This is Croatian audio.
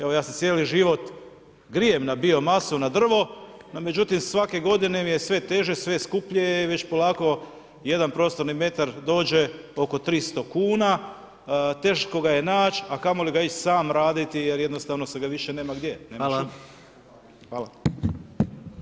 Evo ja se cijeli život grijem na biomasu na drvo, no međutim svake godine mi je sve teže, sve skuplje i već polako jedan prostorni metar dođe oko 300 kuna, teško ga je naći a kamoli ga ići sam raditi jer jednostavno se ga više nema gdje, nema šume.